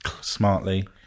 smartly